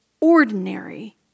ordinary